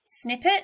snippet